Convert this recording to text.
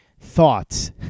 Thoughts